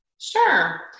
Sure